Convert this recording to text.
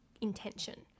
intention